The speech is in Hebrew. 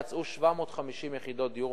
יצאו 750 יחידות דיור,